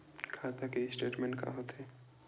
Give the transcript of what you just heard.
खाता के स्टेटमेंट का होथे?